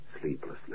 Sleeplessly